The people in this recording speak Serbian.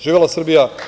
Živela Srbija.